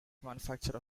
manufacturer